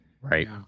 Right